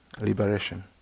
liberation